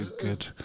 good